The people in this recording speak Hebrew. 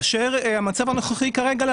המצב הנוכחי כרגע מאזן,